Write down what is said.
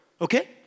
Okay